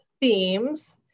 themes